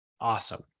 Awesome